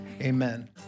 amen